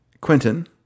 Quentin